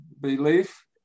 belief